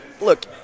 look